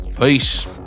Peace